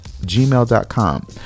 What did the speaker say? gmail.com